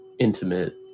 Intimate